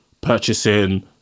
purchasing